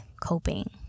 coping